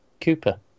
Cooper